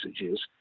messages